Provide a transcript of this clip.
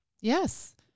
Yes